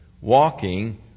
walking